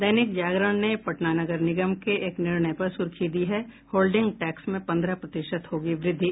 दैनिक जागरण ने पटना नगर निगम के एक निर्णय पर सूर्खी दी है होल्डिंग टैक्स में पन्द्रह प्रतिशत होगी वृद्धि